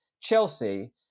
Chelsea